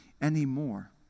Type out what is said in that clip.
anymore